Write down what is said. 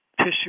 tissue